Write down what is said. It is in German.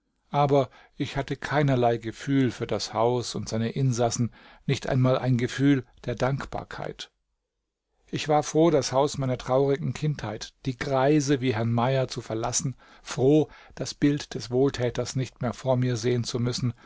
aber ich hatte keinerlei gefühle für das haus und seine insassen nicht einmal ein gefühl der dankbarkeit ich war froh das haus meiner traurigen kindheit die greise wie herrn mayer zu verlassen froh das bild des wohltäters nicht mehr vor mir sehen zu müssen